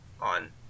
on